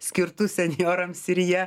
skirtų senjorams ir jie